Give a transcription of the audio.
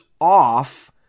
off